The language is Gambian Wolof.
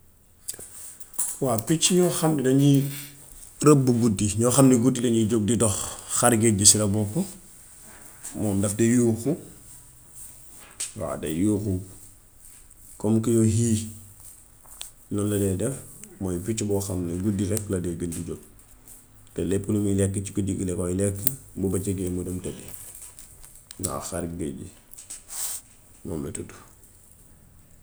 Waaw picc yoo xam ne dañuy rëbb guddi, yoo xam ni guddi lañuy jóg di dox; xar-géej ci la bokk moom daf dee yuuxu waaw day yuuxu comme que hii lool la dee def mooy picc boo xam ne guddi rekk la dee bugg di jóg. Te lépp lu muy lekk ci guddi gi la koy lekk bu bëccëgee mu dem tëddi waaw xar-géej gi moom la tuddu.